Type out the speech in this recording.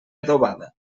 adobada